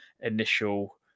initial